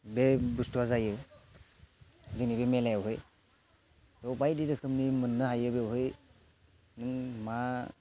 बे बुस्थुआ जायो जोंनि बे मेलायावहाय बेयाव बायदि रोखोमनि मोननो हायो बेवहाय नों मा